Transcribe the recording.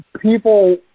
people